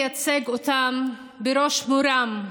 כדי שנייצג אותם בראש מורם,